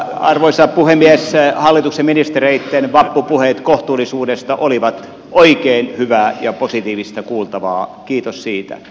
mutta arvoisa puhemies hallituksen ministereitten vappupuheet kohtuullisuudesta olivat oikein hyvää ja positiivista kuultavaa kiitos siitä